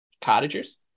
Cottagers